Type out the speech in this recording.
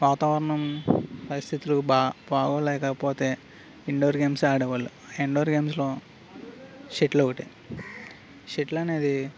వాతావరణం పరిస్థితులకు బాగా లేకపోతే ఇండోర్ గేమ్స్ ఆడేవాళ్ళు ఇండోర్ గేమ్స్లో షటిల్ ఒకటి షటిల్ అనేది